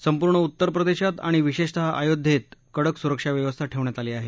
संपूर्ण उत्तर प्रदेशात आणि विषेशतः अयोध्येत कडक सुरक्षा व्यवस्था ठेवण्यात आली आहे